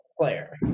player